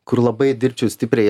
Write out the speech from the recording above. kur labai dirbčiau stipriai